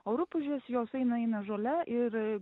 o rupūžės jos eina eina žole ir